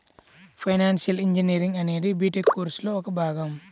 financial engineering అనేది B Tech కోర్సులో ఒక భాగం